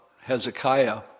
Hezekiah